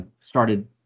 started